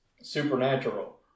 Supernatural